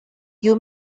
you